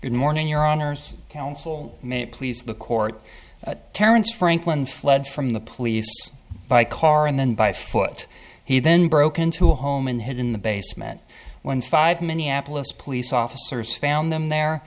good morning your honour's counsel may it please the court terence franklin fled from the police by car and then by foot he then broke into a home in hid in the basement when five minneapolis police officers found them there